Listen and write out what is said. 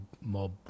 mob